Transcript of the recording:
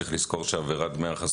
צריך לזכור שעבירת דמי החסות,